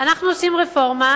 אנחנו עושים רפורמה,